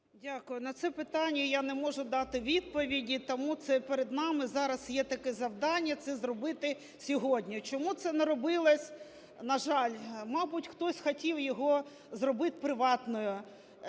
Дякую. На це питання я не можу дати відповіді. Тому це перед нами зараз є таке завдання – це зробити сьогодні. Чому це не робилось? На жаль, мабуть, хтось хотів його зробити приватним,